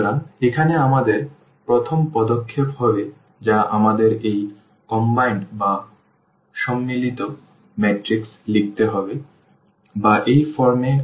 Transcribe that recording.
সুতরাং এখানে আমাদের প্রথম পদক্ষেপ হবে যা আমাদের এই সম্মিলিত ম্যাট্রিক্স লিখতে হবে বা এই ফর্মে অগমেন্টেড ম্যাট্রিক্স বলা হয়